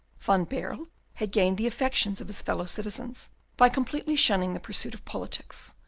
van baerle had gained the affections of his fellow citizens by completely shunning the pursuit of politics,